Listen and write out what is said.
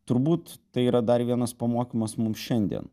turbūt tai yra dar vienas pamokymas mum šiandien